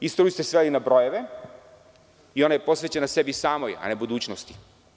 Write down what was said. Istoriju ste sveli na brojeve i ona je posvećena sebi samoj, a ne budućnosti.